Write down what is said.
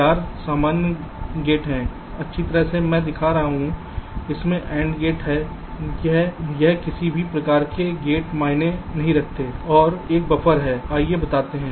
4 सामान्य गेट हैं अच्छी तरह से मैं दिखा रहा हूं इसमें AND गेट हैं पर यह किसी भी प्रकार के गेट मायने नहीं रखते हैं और यह एक बफर है आइए बताते हैं